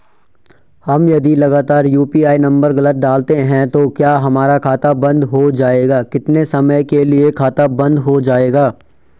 हम यदि लगातार यु.पी.आई नम्बर गलत डालते हैं तो क्या हमारा खाता बन्द हो जाएगा कितने समय के लिए खाता बन्द हो जाएगा?